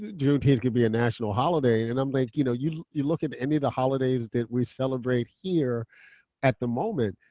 juneteenth can be a national holiday, and um like you know you you look at any of the holidays that we celebrate here at the moment,